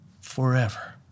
forever